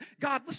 God